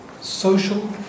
social